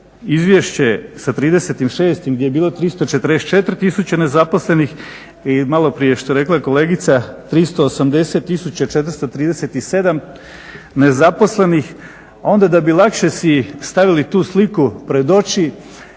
Izvješće sa 30.06. gdje je bilo 344 tisuće nezaposlenih i maloprije što je rekla kolegica 380 tisuća i 437 nezaposlenih onda da bi lakše si stavili tu sliku pred oči